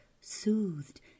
soothed